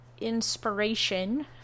inspiration